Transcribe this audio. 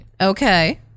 Okay